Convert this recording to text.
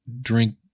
drink